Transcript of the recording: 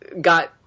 got